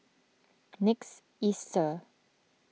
next Easter